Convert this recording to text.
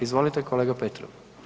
Izvolite, kolega Petrov.